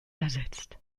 ersetzt